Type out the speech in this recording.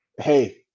hey